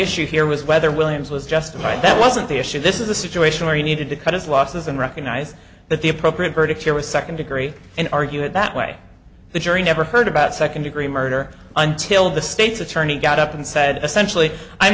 issue here was whether williams was justified that wasn't the issue this is a situation where he needed to cut his losses and recognize that the appropriate verdict here was second degree and argue it that way the jury never heard about second degree murder until the state's attorney got up and said essentially i'm